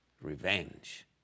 revenge